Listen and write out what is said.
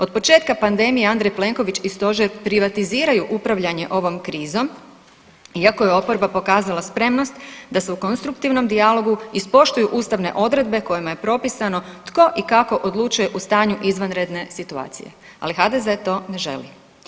Od početka pandemije Andrej Plenković i stožer privatiziraju upravljanje ovom krizom iako je oporba pokazala spremnost da se u konstruktivnom dijalogu ispoštuju ustavne odredbe kojima je propisano tko i kako odlučuje u stanju izvanredne situacije, ali HDZ to ne želi.